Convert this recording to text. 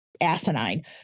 asinine